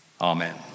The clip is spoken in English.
Amen